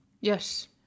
Yes